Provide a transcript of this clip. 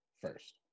first